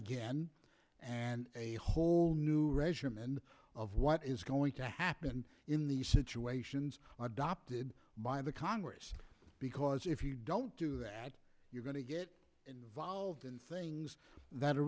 again and a whole new regime and of what is going to happen in these situations are adopted by the congress because if you don't do that you're going to get involved in things that are